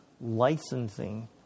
licensing